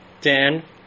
dan